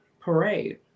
parade